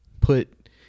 put